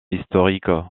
historiques